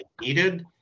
needed